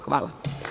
Hvala.